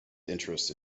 interest